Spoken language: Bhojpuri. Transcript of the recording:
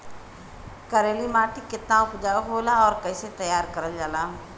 करेली माटी कितना उपजाऊ होला और कैसे तैयार करल जाला?